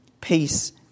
Peace